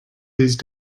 these